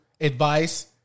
advice